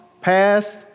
passed